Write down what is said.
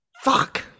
Fuck